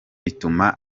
bituma